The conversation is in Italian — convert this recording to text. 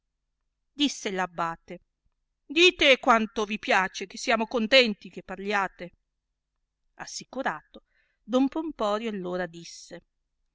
disse l'abbate dite quanto vi piace che siamo contenii che parliate assicurato don pomporio allora disse